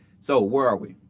so where are we?